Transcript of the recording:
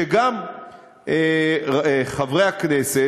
שגם חברי הכנסת,